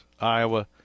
Iowa